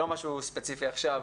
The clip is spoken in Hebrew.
לא ספציפית עכשיו,